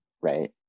right